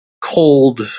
cold